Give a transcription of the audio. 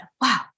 wow